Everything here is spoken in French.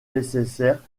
nécessaire